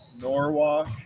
Norwalk